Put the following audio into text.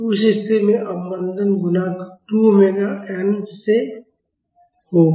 तो उस स्थिति में अवमंदन गुणांक 2m ओमेगा n से कम होगा